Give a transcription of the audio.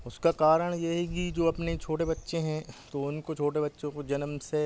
उसका कारण यह ही कि जो अपने छोटे बच्चे हैं तो उनको छोटे बच्चों को जन्म से